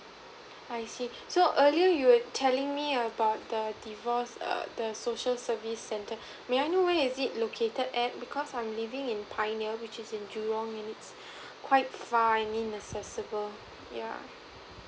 I see so earlier you were telling me about the divorce err the social service centre may I know where is it located at because I'm living in pioneer which is in jurong and it's quite far I mean accessible yeah